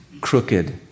crooked